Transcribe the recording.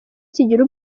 kigira